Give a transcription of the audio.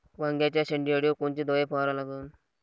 वांग्याच्या शेंडी अळीवर कोनची दवाई फवारा लागन?